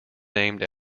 named